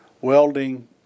welding